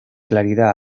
claridad